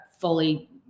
fully